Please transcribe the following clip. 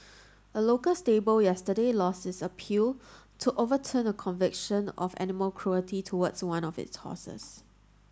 a local stable yesterday lost its appeal to overturn a conviction of animal cruelty towards one of its horses